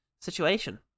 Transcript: situation